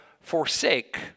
forsake